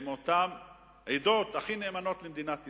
עם העדות הכי נאמנות למדינת ישראל.